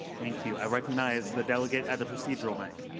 thank you. i recognize the delegate at the procedural mic.